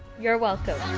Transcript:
you're welcome!